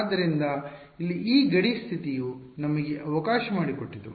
ಆದ್ದರಿಂದ ಇಲ್ಲಿ ಈ ಗಡಿ ಸ್ಥಿತಿಯು ನಮಗೆ ಅವಕಾಶ ಮಾಡಿಕೊಟ್ಟಿತು